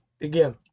again